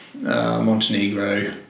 Montenegro